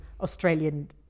Australian